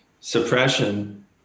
suppression